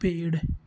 पेड़